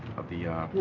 of the ah.